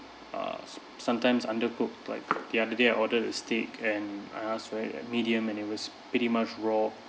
err sometimes undercooked like the other day I ordered a steak and I asked for it like medium and it was pretty much raw